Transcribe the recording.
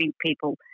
people